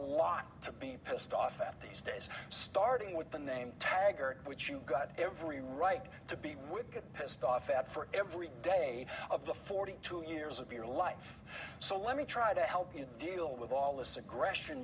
lot to be pissed off at these days starting with the name taggart which you got every right to be would get pissed off at for every day of the forty two years of your life so let me try to help you deal with all this aggression